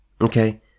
Okay